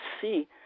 see